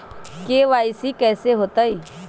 KYC कैसे होतई?